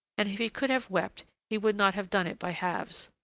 and if he could have wept, he would not have done it by halves.